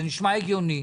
זה נשמע הגיוני.